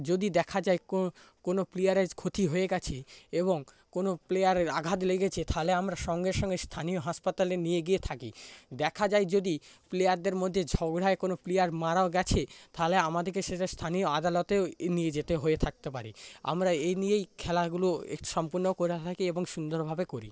যদি দেখা যায় কো কোনো প্লেয়ারের ক্ষতি হয়ে গিয়েছে এবং কোনও প্লেয়ারের আঘাত লেগেছে তাহলে আমরা সঙ্গে সঙ্গে স্থানীয় হাসপাতালে নিয়ে গিয়ে থাকি দেখা যায় যদি প্লেয়ারদের মধ্যে ঝগড়ায় কোন প্লেয়ার মারাও গিয়েছে তাহলে আমাদেরকে সেটা স্থানীয় আদালতে নিয়ে যেতে হয়ে থকে পারে আমরা এই নিয়েই খেলাগুলো সম্পূর্ণ করা হয় কি এবং সুন্দরভাবে করি